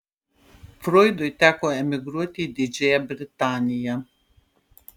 froidui teko emigruoti į didžiąją britaniją